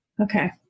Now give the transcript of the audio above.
Okay